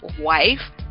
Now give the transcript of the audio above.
wife